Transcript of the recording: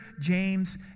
James